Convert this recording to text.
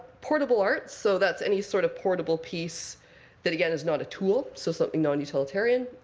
portable art so that's any sort of portable piece that, again, is not a tool so something non-utilitarian.